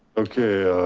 okay.